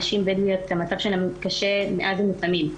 נשים בדואיות המצב שלהן קשה מאז ומתמיד.